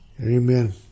Amen